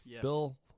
Bill